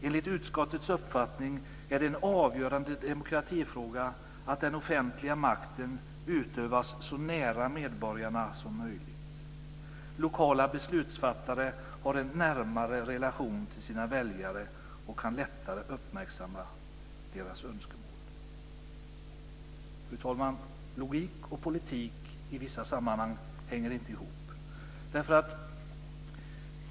Enligt utskottets uppfattning är det en avgörande demokratifråga att den offentliga makten utövas så nära medborgarna som möjligt. Lokala beslutsfattare har en närmare relation till sina väljare och kan lättare uppmärksamma deras önskemål." Fru talman! Logik och politik i vissa sammanhang hänger inte ihop.